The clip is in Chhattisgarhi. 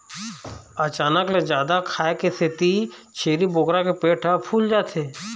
अचानक ले जादा खाए के सेती छेरी बोकरा के पेट ह फूल जाथे